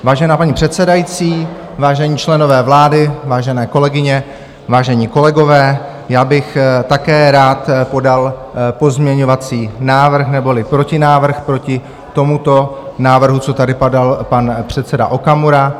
Vážená paní předsedající, vážení členové vlády, vážené kolegyně, vážení kolegové, já bych také rád podal pozměňovací návrh, neboli protinávrh proti tomuto návrhu, co tady podal pan předseda Okamura.